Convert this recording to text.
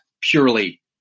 purely